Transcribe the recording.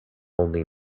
only